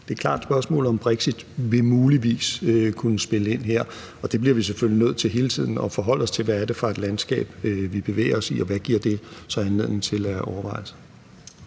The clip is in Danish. Det er klart, at spørgsmålet om brexit muligvis vil kunne spille ind her, og det bliver vi selvfølgelig hele tiden nødt til at forholde os til, altså hvad det er for et landskab, vi bevæger os i, og hvad det så giver anledning til af overvejelser.